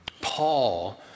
Paul